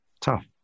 tough